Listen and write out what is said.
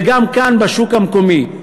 וגם כאן בשוק המקומי.